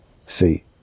See